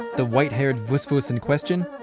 the white-haired vusvus in question?